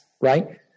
right